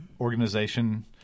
organization